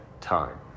time